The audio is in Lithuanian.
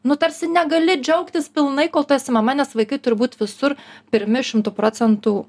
nu tarsi negali džiaugtis pilnai kol tu esi mama nes vaikai turbūt visur pirmi šimtu procentų